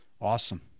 Awesome